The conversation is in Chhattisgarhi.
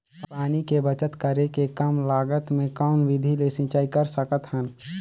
पानी के बचत करेके कम लागत मे कौन विधि ले सिंचाई कर सकत हन?